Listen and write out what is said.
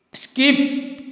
skip